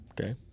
Okay